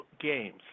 games